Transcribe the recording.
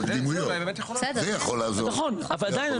ועדיין,